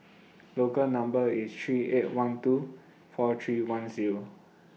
Local Number three eight one two four three one Zero